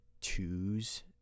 twos